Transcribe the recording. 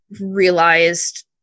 realized